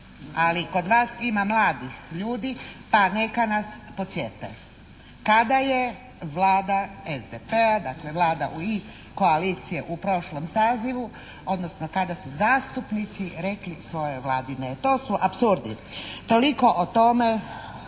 ali kod vas ima mladih ljudi pa neka nas podsjete kada je Vlada SDP-a, dakle Vlada koalicije u prošlom sazivu, odnosno kada su zastupnici rekli svojoj Vladi ne? To su apsurdi. Toliko o tome